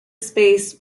space